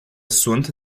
sunt